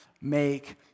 make